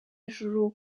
ijuru